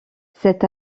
cet